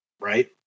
right